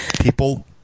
people